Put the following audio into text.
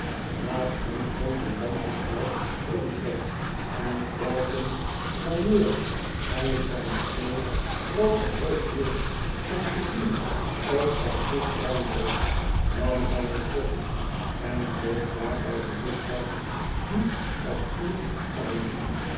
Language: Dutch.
naast hem stond een dampend glas rumgrog en telkens wanneer hij zijn snee brood omhoog hield om te zien of zij goed bruin werd nam hij een slokje en keek daarbij de juffrouw die het vuur